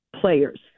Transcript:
players